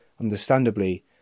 understandably